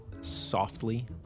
softly